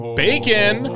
bacon